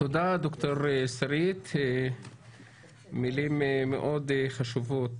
תודה ד"ר שרית, מילים מאוד חשובות.